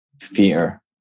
fear